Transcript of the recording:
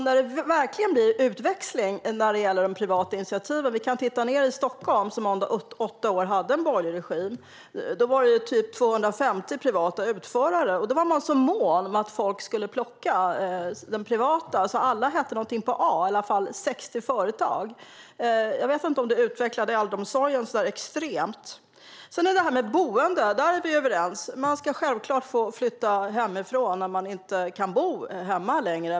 När det verkligen blir utväxling när det gäller de privata initiativen kan vi se hur det ser ut i Stockholm, som under åtta år hade en borgerlig regim. Då var det typ 250 privata utförare. Då var man så mån om att folk skulle välja de privata företagen, så alla hette någonting på A, i alla fall 60 företag. Jag vet inte om det här utvecklade äldreomsorgen så extremt. När det gäller boendet är vi överens. Man ska självklart få flytta hemifrån när man inte kan bo hemma längre.